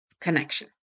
connection